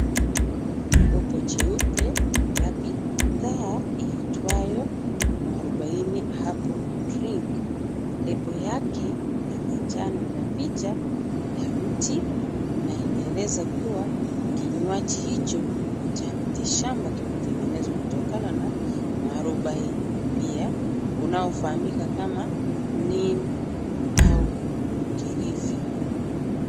Kopo cheupe ya bidhaa iitwayo Muarubaini Herbal Drink. Lebo yake ya manjano ina picha ya mti, na inaeleza kuwa kinywaji hicho cha mti shamba umetengenezwa kutokana na muarubaini, pia unaofahamika kama neem au mkilifi.